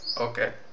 okay